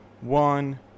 one